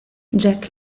jack